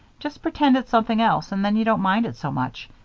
just pretend it's something else and then you won't mind it so much.